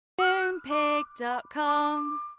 Moonpig.com